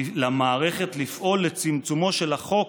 למערכת לפעול לצמצומו של החוק